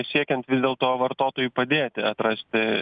siekiant vis dėl to vartotojui padėti atrasti